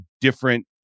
different